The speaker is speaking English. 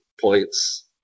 points